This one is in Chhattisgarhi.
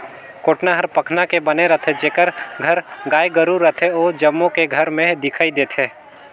कोटना हर पखना के बने रथे, जेखर घर गाय गोरु रथे ओ जम्मो के घर में दिखइ देथे